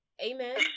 amen